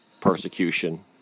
persecution